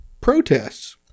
protests